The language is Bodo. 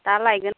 दा लायगोन